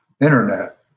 internet